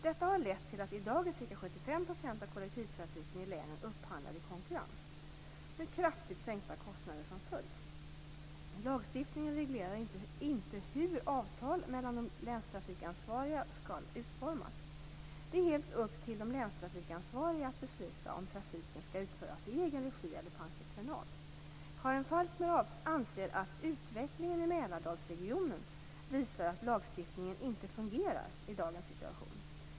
Detta har lett till att i dag är ca 75 % av kollektivtrafiken i länen upphandlad i konkurrens, med kraftigt sänkta kostnader som följd. Lagstiftningen reglerar inte hur avtal mellan de länstrafikansvariga skall utformas. Det är helt upp till de länstrafikansvariga att besluta om trafiken skall utföras i egen regi eller på entreprenad. Karin Falkmer anser att utvecklingen i Mälardalsregionen visar att lagstiftningen inte fungerar i dagens situation.